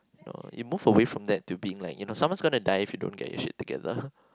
no you move away from that to being like you know someone's gonna die if you don't get your shit together